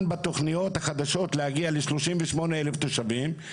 בתכניות החדשות להגיע ל-38,000 תושבים.